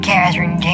Catherine